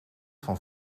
van